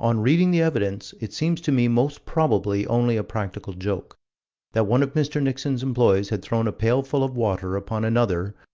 on reading the evidence, it seems to me most probably only a practical joke that one of mr. nixon's employees had thrown a pailful of water upon another,